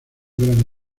gran